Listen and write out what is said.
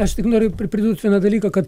aš tik noriu pridurt vieną dalyką kad